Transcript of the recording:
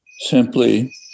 simply